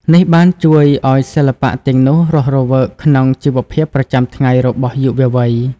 នេះបានជួយឲ្យសិល្បៈទាំងនោះរស់រវើកក្នុងជីវភាពប្រចាំថ្ងៃរបស់យុវវ័យ។